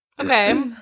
Okay